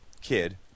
kid